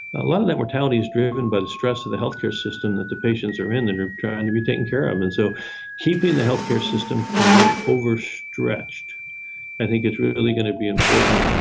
a lot of that mortality is driven by the stress of the healthcare system that the patients are in that are trying to be taken care of and so keeping the healthcare system from being overstretched i think is really going to be important.